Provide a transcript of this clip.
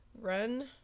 run